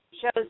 shows